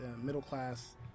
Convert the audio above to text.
middle-class